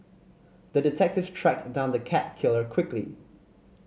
the detective tracked down the cat killer quickly